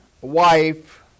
wife